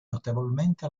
notevolmente